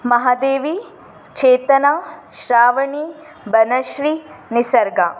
Mahadevi Chetana Shravani Banashree Nisarga